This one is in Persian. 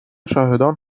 شاهدان